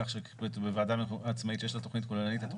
כך שוועדה עצמאית שיש לה תכנית כוללנית